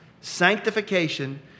sanctification